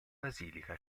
basilica